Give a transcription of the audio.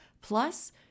Plus